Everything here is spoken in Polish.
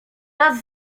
las